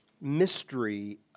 mystery